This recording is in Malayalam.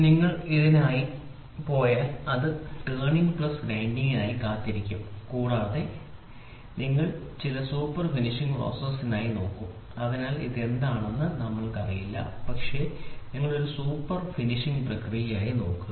നിങ്ങൾ ഇതിനായി പോയാൽ അത് ടേണിംഗ് പ്ലസ് ഗ്രൈൻഡിംഗിനായി കാത്തിരിക്കും കൂടാതെ നിങ്ങൾ ചില സൂപ്പർ ഫിനിഷിംഗ് പ്രോസസ്സിനായി നോക്കും അതിനാൽ ഇത് എന്താണെന്ന് നമ്മൾക്ക് അറിയില്ല പക്ഷേ നിങ്ങൾ ഒരു സൂപ്പർ ഫിനിഷിംഗ് പ്രക്രിയയ്ക്കായി നോക്കും